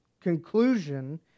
conclusion